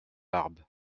barbe